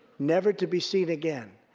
never to be seen again.